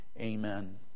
Amen